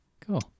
cool